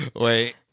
wait